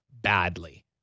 badly